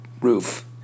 roof